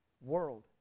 world